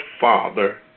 father